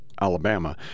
Alabama